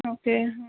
okay